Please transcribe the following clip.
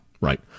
right